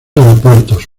aeropuertos